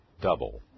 double